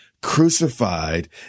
crucified